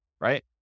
Right